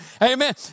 Amen